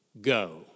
go